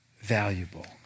valuable